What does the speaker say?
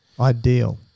Ideal